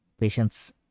patients